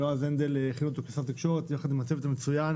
יועז הנדל הכין אותו כשר התקשורת יחד עם הצוות המצוין.